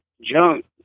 junk